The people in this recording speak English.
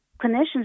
Clinicians